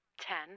ten